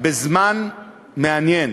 בזמן מעניין,